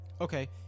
Okay